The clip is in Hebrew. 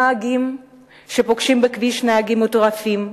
נהגים שפוגשים בכביש נהגים מטורפים,